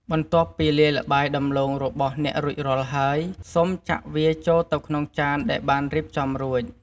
បន្ទាប់ពីលាយល្បាយដំឡូងរបស់អ្នករួចរាល់ហើយ សូមចាក់វាចូលទៅក្នុងចានដែលបានរៀបចំរួច។